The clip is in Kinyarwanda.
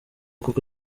koko